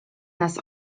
nas